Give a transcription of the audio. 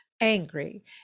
angry